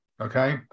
Okay